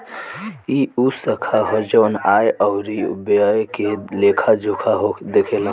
ई उ शाखा ह जवन आय अउरी व्यय के लेखा जोखा देखेला